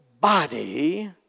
body